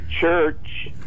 church